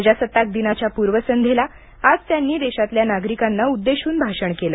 प्रजासत्ताक दिनाच्या पूर्व संध्येला आज त्यांनी देशातल्या नागरिकांना उद्देशून भाषण केले